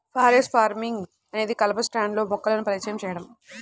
forest farming అనేది కలప స్టాండ్లో మొక్కలను పరిచయం చేయడం